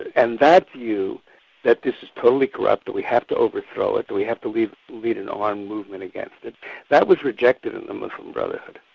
and that view that this is totally corrupt, that we have to overthrow it, and we have to lead lead an armed movement again, that that was rejected in the muslim brotherhood.